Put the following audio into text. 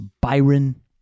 Byron